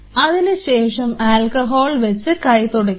അതിനുശേഷം ആൽക്കഹോൾ വെച്ച് കൈ തുടയ്ക്കുക